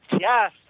Yes